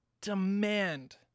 demand